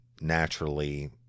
naturally